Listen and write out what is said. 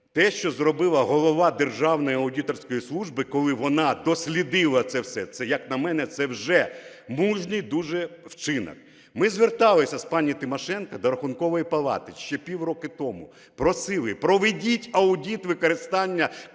те, що зробила Голова Державної аудиторської служби, коли вона дослідила це все, це, як на мене, це вже мужній дуже вчинок. Ми зверталися з пані Тимошенко до Рахункової палати ще пів року тому, просили, проведіть аудит використання